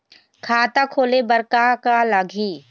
खाता खोले बर का का लगही?